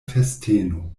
festeno